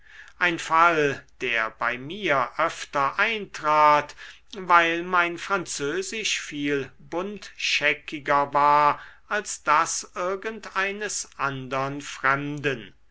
ein fall der bei mir öfter eintrat weil mein französisch viel buntscheckiger war als das irgend eines andern fremden